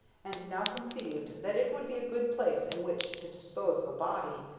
and now conceived that it would be a good place in which to dispose of a body,